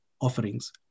offerings